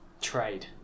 Trade